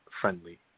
friendly